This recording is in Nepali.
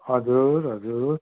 हजुर हजुर